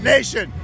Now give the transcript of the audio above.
Nation